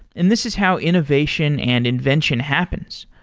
and this is how innovation and invention happens.